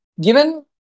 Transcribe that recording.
given